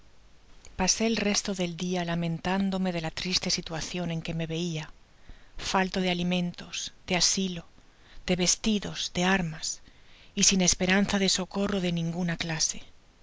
pasé el resto del dia lamentándome de la triste situacion en que me veia fallo de alimentos de asilo de vestidos de armas y sin espranza de socorro de ninguna clase